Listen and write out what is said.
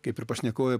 kaip ir pašnekovė